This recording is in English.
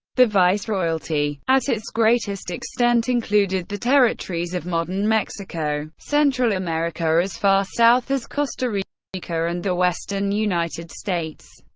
the viceroyalty at its greatest extent included the territories of modern mexico, central america as far south as costa rica, and the western united states.